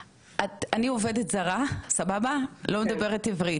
לא מדברת עברית וגם אולי לא אנגלית,